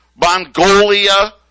Mongolia